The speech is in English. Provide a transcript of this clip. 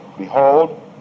Behold